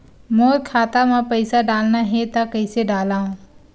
मोर खाता म पईसा डालना हे त कइसे डालव?